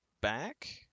back